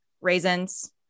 raisins